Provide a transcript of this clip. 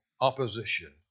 opposition